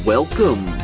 Welcome